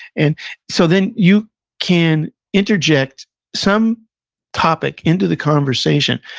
and so, then, you can interject some topic into the conversation.